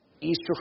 Easter